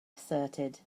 asserted